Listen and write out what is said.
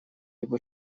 его